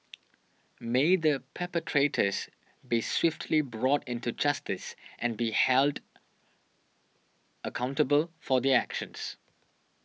may the perpetrators be swiftly brought into justice and be held accountable for their actions